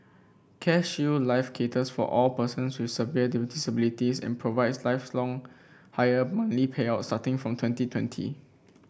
CareShield Life caters for all persons with severe disabilities and provides lifelong higher monthly payout from twenty twenty